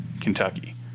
Kentucky